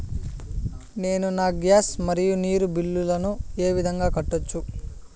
నేను నా గ్యాస్, మరియు నీరు బిల్లులను ఏ విధంగా కట్టొచ్చు?